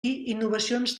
innovacions